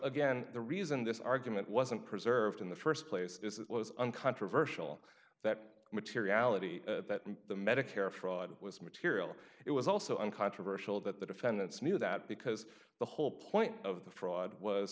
again the reason this argument wasn't preserved in the st place is it was uncontroversial that materiality that the medicare fraud was material it was also uncontroversial that the defendants knew that because the whole point of the fraud was